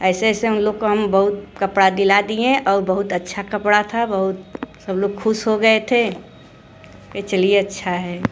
ऐसे ऐसे उन लोग को हम बहुत कपड़ा दिला दिए और बहुत अच्छा कपड़ा था बहुत सब लोग खुश हो गए थे कहे चलिए अच्छा है